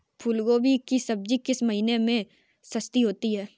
फूल गोभी की सब्जी किस महीने में सस्ती होती है?